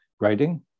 writing